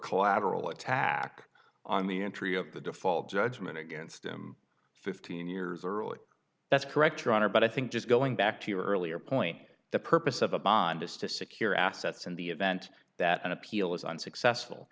collateral attack on the entry of the default judgment against him fifteen years earlier that's correct your honor but i think just going back to your earlier point the purpose of a bond is to secure assets in the event that an appeal is unsuccessful